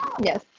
Yes